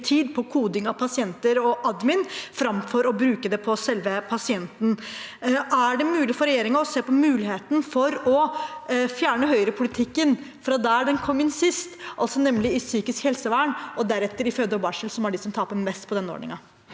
på koding av pasienter og administrasjon framfor å bruke tid på selve pasienten. Er det mulig for regjeringen å se på muligheten for å fjerne Høyre-politikken fra der den kom inn sist, altså i psykisk helsevern og deretter i føde og barsel, som er de som taper mest på den ordningen?